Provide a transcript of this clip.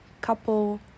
couple